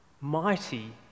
mighty